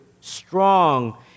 strong